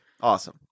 Awesome